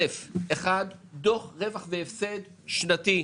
אחד, דוח רווח והפסד שנתי.